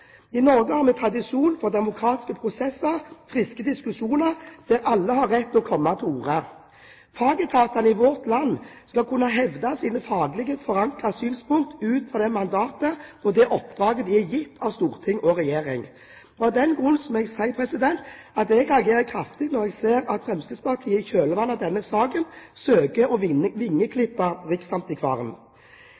I Norge har vi tradisjon for demokratiske prosesser og friske diskusjoner, der alle har rett til å komme til orde. Fagetatene i vårt land skal kunne hevde sine faglig forankrede synspunkt ut fra det mandatet og det oppdraget de er gitt av storting og regjering. Av den grunn må jeg si at jeg reagerer kraftig når jeg ser at Fremskrittspartiet i kjølvannet av denne saken søker å